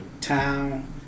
town